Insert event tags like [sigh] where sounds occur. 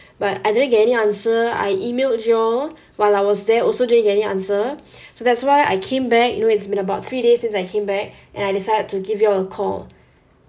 but I didn't get any answer I emailed you all while I was there also didn't get any answer [breath] so that's why I came back you know it's been about three days since I came back and I decided to give you all a call